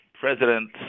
president